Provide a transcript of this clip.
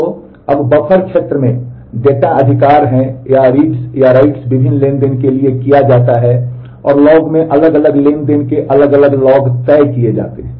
तो अब बफर क्षेत्र में डेटा अधिकार हैं या रीड्स या राइट्स विभिन्न ट्रांज़ैक्शन के लिए किया जाता है और लॉग में अलग अलग ट्रांज़ैक्शन के अलग अलग लॉग तय किए जाते हैं